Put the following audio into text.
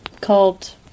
called